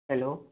hello